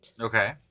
Okay